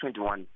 2021